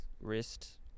wrist